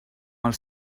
els